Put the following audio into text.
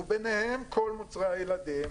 וביניהם כל מוצרי הילדים,